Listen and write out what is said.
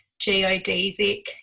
geodesic